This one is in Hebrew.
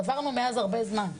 עברנו מאז הרבה זמן,